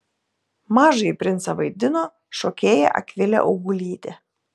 mažąjį princą vaidino šokėja akvilė augulytė